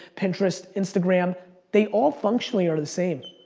pinterest, instagram they all, functionally, are the same.